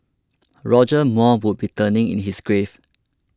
Roger Moore would be turning in his grave